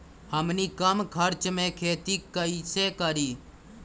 हमनी कम खर्च मे खेती कई से करी?